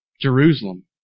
Jerusalem